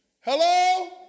hello